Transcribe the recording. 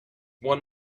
one